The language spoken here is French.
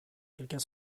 quelqu’un